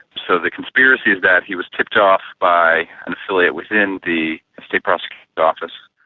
so the conspiracy is that he was tipped off by an affiliate within the state prosecutor's office.